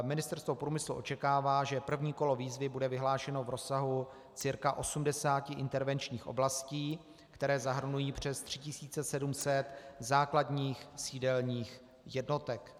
Ministerstvo průmyslu očekává, že první kolo výzvy bude vyhlášeno v rozsahu cca 80 intervenčních oblastí, které zahrnují přes 3 700 základních sídelních jednotek.